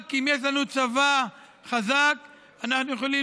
רק אם יש לנו צבא חזק אנחנו יכולים